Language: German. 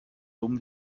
dumm